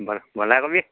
বাৰু বন্ধাকবি